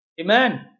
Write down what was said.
Amen